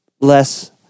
less